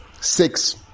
six